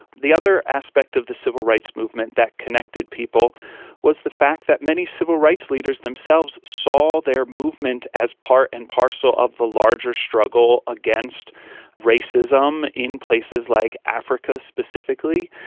the other aspect of the civil rights movement that connected people was the fact that many civil rights leaders themselves saw their movement as part and parcel of the larger struggle against racism in places like africa specifically.